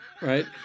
Right